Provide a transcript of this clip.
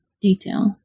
detail